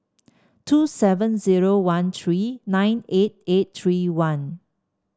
two seven zero one three nine eight eight three one